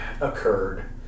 occurred